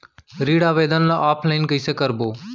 ऋण आवेदन ल ऑफलाइन कइसे भरबो?